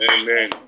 Amen